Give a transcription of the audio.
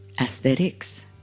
aesthetics